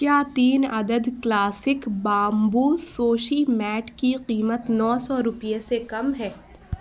کیا تین عدد کلاسک بامبو سوشی میٹ کی قیمت نو سو روپئے سے کم ہے